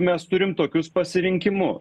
mes turim tokius pasirinkimu